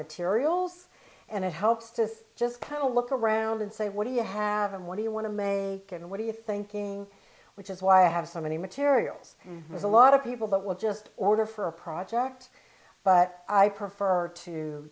materials and a health fists just kind of look around and say what do you have and what do you want to make it and what are you thinking which is why i have so many materials with a lot of people that will just order for a project but i prefer to